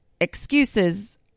Excuses